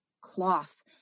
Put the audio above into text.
cloth